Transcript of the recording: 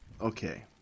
Okay